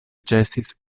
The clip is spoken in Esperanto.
ĉesis